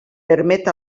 permet